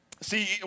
See